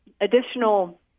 additional